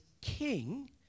king